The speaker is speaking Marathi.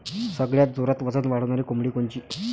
सगळ्यात जोरात वजन वाढणारी कोंबडी कोनची?